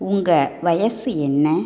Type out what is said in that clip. உங்கள் வயது என்ன